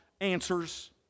answers